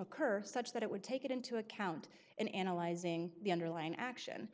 occur such that it would take into account in analyzing the underlying action